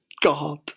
God